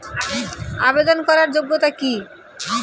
আবেদন করার যোগ্যতা কি?